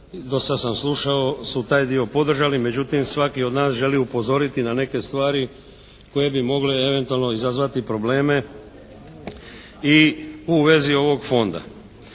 do sad sam slušao su taj dio podržali, međutim svaki od nas želi upozoriti na neke stvari koje bi mogle eventualno izazvati probleme i u vezi ovog Fonda.